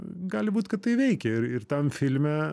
gali būt kad tai veikia ir ir tam filme